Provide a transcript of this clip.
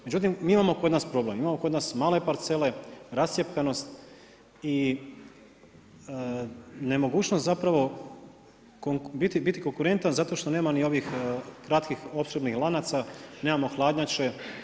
Međutim, mi imamo kod nas problem, imamo kod nas male parcele, rascjepkanost i nemogućnost zapravo, biti konkurentan zato što nema ni ovih kratkih opskrbnih lanaca, nemamo hladnjače.